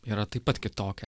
yra taip pat kitokia